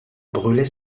brûlait